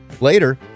Later